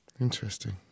Interesting